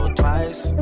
twice